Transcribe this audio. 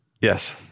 Yes